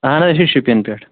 اَہَن حظ أسۍ چھِ شُپین پیٚٹھ